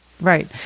Right